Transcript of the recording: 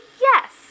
yes